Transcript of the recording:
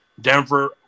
Denver